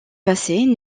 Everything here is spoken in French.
passer